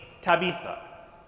Tabitha